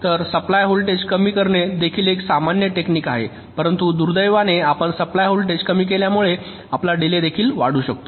तर supply voltage कमी करणे देखील एक सामान्य टेक्निक आहे परंतु दुर्दैवाने आपण सप्लाय व्होल्टेज कमी केल्यामुळे आपला डिलेय देखील वाढू लागतो